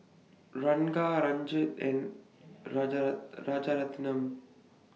Ranga Rajat and Rajaratnam